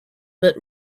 but